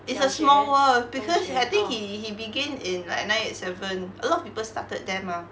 it's a small world because I think he he begin in like nine eight seven a lot of people started there mah